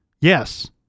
Yes